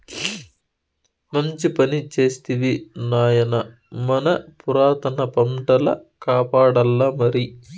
మంచి పని చేస్తివి నాయనా మన పురాతన పంటల కాపాడాల్లమరి